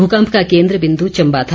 भूकंप का केंद्र बिंदू चम्बा था